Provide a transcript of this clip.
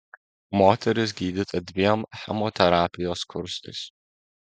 moteris gydyta dviem chemoterapijos kursais